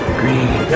green